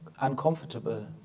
uncomfortable